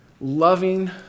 loving